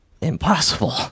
impossible